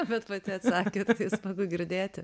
bet pati atsakėt smagu girdėti